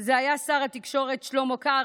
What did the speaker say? זה היה שר התקשורת שלמה קרעי,